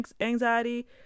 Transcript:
anxiety